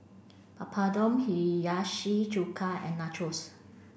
Papadum Hiyashi Chuka and Nachos